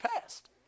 past